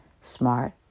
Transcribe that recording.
smart